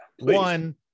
One